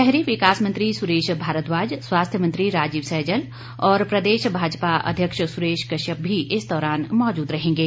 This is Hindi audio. शहरी विकास मंत्री सुरेश भारद्दाज स्वास्थ्य मंत्री राजीव सैजल और प्रदेश भाजपा अध्यक्ष सुरेश कश्यप भी इस दौरान मौजूद रहेंगे